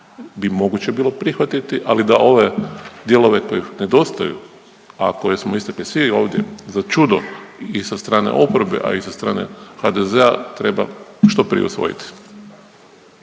bi moguće bilo prihvatiti ali da ove dijelove koji nedostaju, a koje smo istakli svi ovdje za čudo i sa strane oporbe, a i sa strane HDZ-a treba što prije usvojiti.